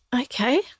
okay